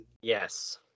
Yes